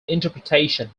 interpretation